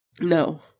No